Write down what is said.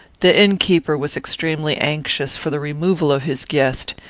the innkeeper was extremely anxious for the removal of his guest.